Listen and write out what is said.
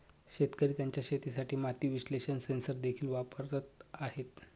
शेतकरी त्यांच्या शेतासाठी माती विश्लेषण सेन्सर देखील वापरत आहेत